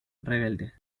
rebelde